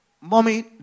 mommy